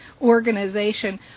organization